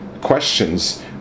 questions